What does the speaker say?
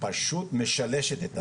פשוט משלשת את עצמה.